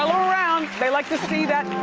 ah around, they like to see that,